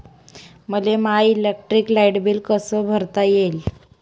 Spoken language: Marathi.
मले माय इलेक्ट्रिक लाईट बिल कस भरता येईल?